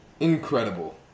Incredible